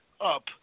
up